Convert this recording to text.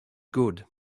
good